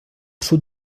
sud